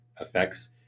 effects